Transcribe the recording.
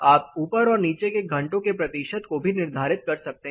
आप ऊपर और नीचे के घंटों के प्रतिशत को भी निर्धारित कर सकते हैं